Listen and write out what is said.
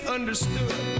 understood